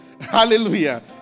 Hallelujah